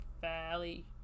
fairly